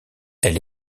elle